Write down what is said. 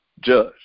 judge